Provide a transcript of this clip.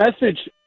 message